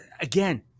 again